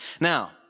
Now